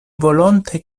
volonte